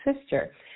sister